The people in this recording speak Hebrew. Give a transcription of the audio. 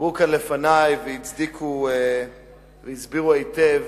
דיברו כאן לפני והסבירו היטב